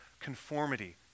conformity